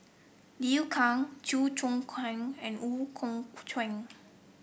Liu Kang Chew Choo Keng and Ooi Kok Chuen